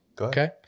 Okay